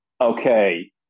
Okay